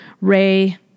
Ray